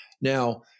Now